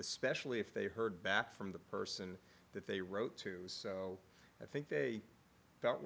especially if they heard back from the person that they wrote to so i think they felt